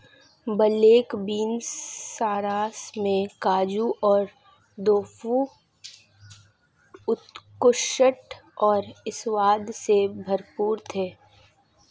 black bean sauce में काजू और टोफू उत्कृष्ट और स्वाद से भरपूर थे